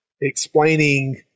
explaining